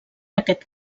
aquest